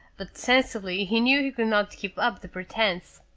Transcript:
but sensibly he knew he could not keep up the pretense.